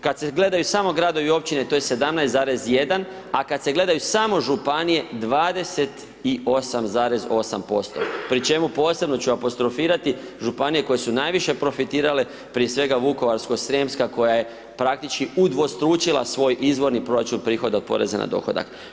Kad se gledaju samo gradovi i općine to je 17,1 a kad se gledaju samo županije 28,8% pri čemu posebno ću apostrofirati županije koje su najviše profitirale prije svega Vukovarsko-srijemska koja je praktički udvostručila svoj izvorni proračun prihoda od poreza na dohodak.